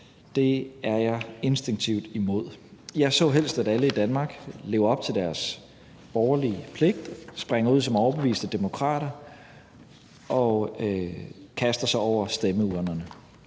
Det er jeg instinktivt imod. Jeg så helst, at alle i Danmark lever op til deres borgerlige pligt, springer ud som overbeviste demokrater og kaster sig over stemmeurnerne.